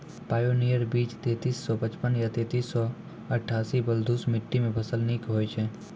Pioneer बीज तेंतीस सौ पचपन या तेंतीस सौ अट्ठासी बलधुस मिट्टी मे फसल निक होई छै?